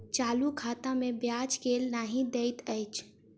चालू खाता मे ब्याज केल नहि दैत अछि